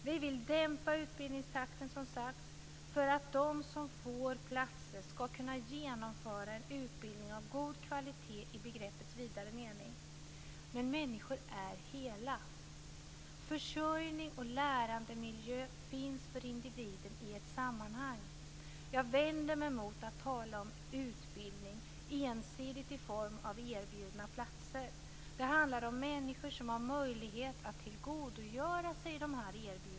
Vi vill som sagt dämpa utbyggnadstakten för att de om får platser skall kunna genomföra en utbildning av god kvalitet i begreppets vidare mening. Människor är hela. Försörjning och lärandemiljö finns för individen i ett sammanhang. Jag vänder mig mot att tala om utbildning ensidigt i form av erbjudna platser. Det handlar om människor som har möjligheter att tillgodogöra sig erbjudanden.